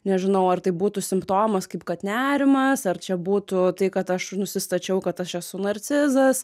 nežinau ar tai būtų simptomas kaip kad nerimas ar čia būtų tai kad aš nusistačiau kad aš esu narcizas